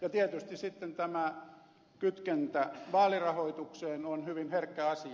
ja tietysti sitten tämä kytkentä vaalirahoitukseen on hyvin herkkä asia